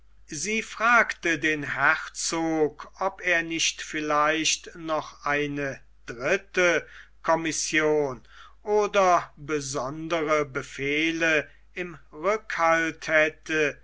sie fragte den herzog ob er nicht vielleicht noch eine dritte commission oder besondere befehle im rückhalte hätte